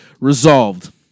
Resolved